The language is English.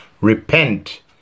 Repent